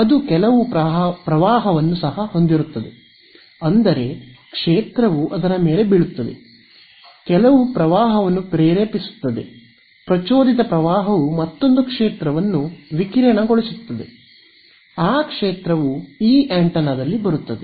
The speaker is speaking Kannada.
ಅದು ಕೆಲವು ಪ್ರವಾಹವನ್ನು ಸಹ ಹೊಂದಿರುತ್ತದೆ ಅಂದರೆ ಕ್ಷೇತ್ರವು ಅದರ ಮೇಲೆ ಬೀಳುತ್ತದೆ ಕೆಲವು ಪ್ರವಾಹವನ್ನು ಪ್ರೇರೇಪಿಸುತ್ತದೆ ಪ್ರಚೋದಿತ ಪ್ರವಾಹವು ಮತ್ತೊಂದು ಕ್ಷೇತ್ರವನ್ನು ವಿಕಿರಣಗೊಳಿಸುತ್ತದೆ ಆ ಕ್ಷೇತ್ರವು ಈ ಆಂಟೆನಾದಲ್ಲಿ ಬರುತ್ತದೆ